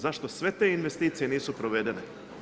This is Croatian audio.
Zašto sve te investicije nisu provedene?